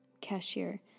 cashier